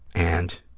and